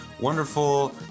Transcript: wonderful